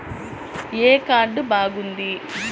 ఏ card బాగుంది?